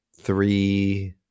three